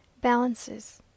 Balances